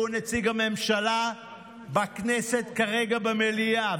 שהוא נציג הממשלה בכנסת כרגע במליאה,